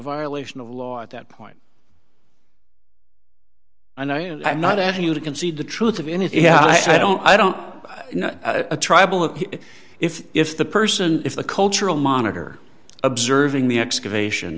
violation of law at that point and i am not asking you to concede the truth of anything yeah i don't i don't know a tribal if if the person if the cultural monitor observing the excavation